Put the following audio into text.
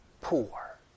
poor